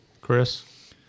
Chris